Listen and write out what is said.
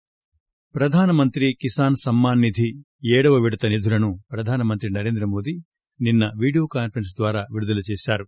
కిసాస్ ప్రధానమంత్రి కిసాన్ సమ్మాన్ నిధి ఏడవ విడత నిధులను ప్రధానమంత్రి నరేంద్ర మోదీ నిన్న వీడియో కాన్సరెస్స్ ద్వారా విడుదల చేశారు